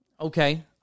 Okay